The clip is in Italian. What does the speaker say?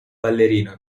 ballerino